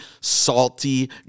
salty